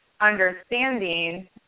understanding